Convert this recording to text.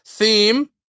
theme